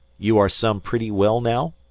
you are some pretty well now?